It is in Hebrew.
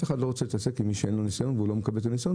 אחד לא רוצה להתעסק עם מי שאין לו ניסיון והוא לא מקבל את הניסיון,